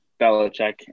Belichick